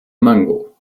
mango